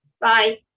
bye